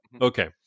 Okay